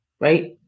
Right